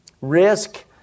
Risk